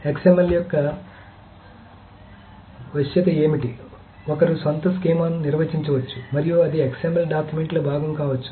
XML యొక్క వశ్యత ఏమిటంటే ఒకరు సొంత స్కీమాను నిర్వచించవచ్చు మరియు అది XML డాక్యుమెంట్లో భాగం కావచ్చు